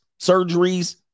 Surgeries